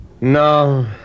No